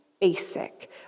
basic